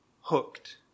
Hooked